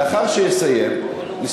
לאחר שיסיים נשמח לשמוע,